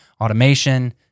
automation